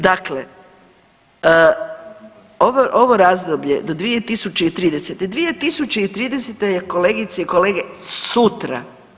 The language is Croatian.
Dakle, ovo razdoblje do 2030., 2030. je kolegice i kolege sutra.